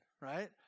right